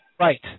Right